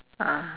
ah